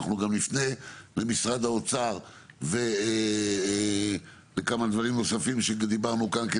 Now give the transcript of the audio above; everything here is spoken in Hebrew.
אנחנו גם נפנה למשרד האוצר ולכמה דברים נוספים שדיברנו כאן.